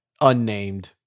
unnamed